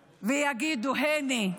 ויגידו: הינה,